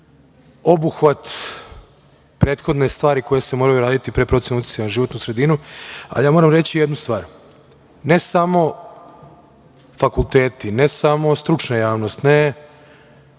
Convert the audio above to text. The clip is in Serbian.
obuhvat prethodne stvari koje se moraju uraditi pre procene uticaja na životnu sredinu. Ali, moram reći jednu stvar, ne samo fakulteti, ne samo stručna javnost, ne